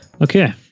okay